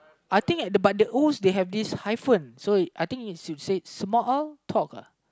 I think at the but the Os they have this hyphen so I think it's you said small uh talk